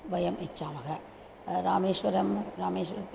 वयम् इच्छामः रामेश्वरं रामेश्वरम्